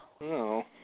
No